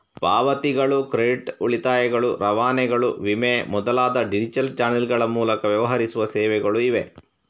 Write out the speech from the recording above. ಪಾವತಿಗಳು, ಕ್ರೆಡಿಟ್, ಉಳಿತಾಯಗಳು, ರವಾನೆಗಳು, ವಿಮೆ ಮೊದಲಾದ ಡಿಜಿಟಲ್ ಚಾನಲ್ಗಳ ಮೂಲಕ ವ್ಯವಹರಿಸುವ ಸೇವೆಗಳು ಇವೆ